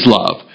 love